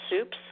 soups